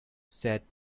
said